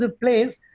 place